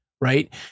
right